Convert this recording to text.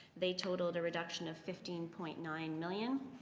they totaled a reconstruction of fifteen point nine million